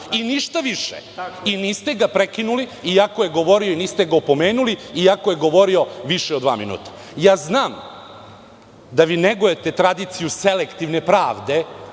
Ništa više. Niste ga prekinuli, iako je govorio i niste ga opomenuli, iako je govorio više od dva minuta. Znam da negujete tradiciju selektivne pravde